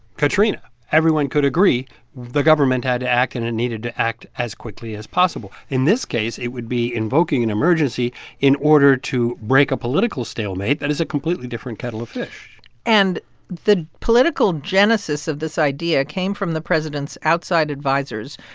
katrina. everyone could agree the government had to act. and it needed to act as quickly as possible. in this case, it would be invoking an emergency in order to break a political stalemate. that is a completely different kettle of fish and the political genesis of this idea came from the president's outside advisers,